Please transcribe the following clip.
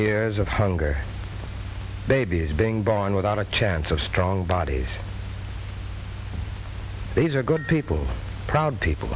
years of hunger babies being born without a chance of strong bodies babies are good people proud people